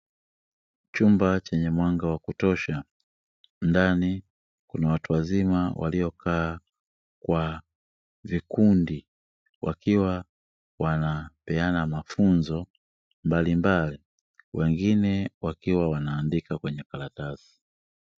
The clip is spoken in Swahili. Chumba chenye mwanga wa kutosha ndani, kuna watu wazima waliokaa kwa vikundi wakiwa wanapeana mafunzo mbalimbali, wengine wakiwa wanaandika kwenye karatasi.